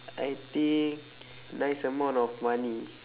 I think nice amount of money